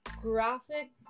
graphic